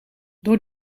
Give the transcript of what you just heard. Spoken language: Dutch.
door